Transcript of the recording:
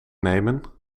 nemen